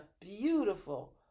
beautiful